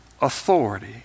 authority